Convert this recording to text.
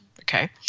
Okay